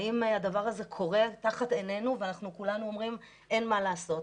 האם הדבר הזה קורה תחת עינינו ואנחנו כולנו אומרים שאין מה לעשות'.